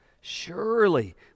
surely